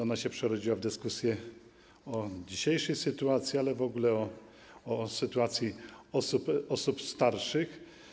Ona się przerodziła w dyskusję o dzisiejszej sytuacji, w ogóle o sytuacji osób starszych.